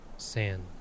sand